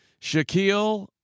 Shaquille